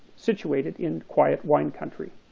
situated in quiet wine country.